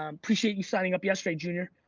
um appreciate you signing up yesterday juniour,